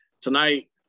Tonight